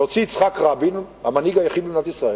להוציא יצחק רבין, המנהיג היחיד במדינת ישראל,